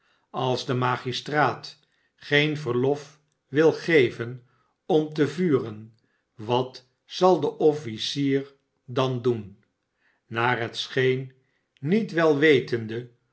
als die magistraat geen verlof wil geven om te vuren wat zal de officier dan doen naar het scheen niet wel wetende